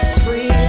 free